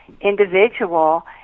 individual